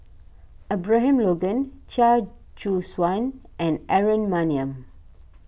Abraham Logan Chia Choo Suan and Aaron Maniam